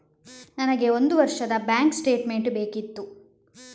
ನನಗೆ ಒಂದು ವರ್ಷದ ಬ್ಯಾಂಕ್ ಸ್ಟೇಟ್ಮೆಂಟ್ ಬೇಕಿತ್ತು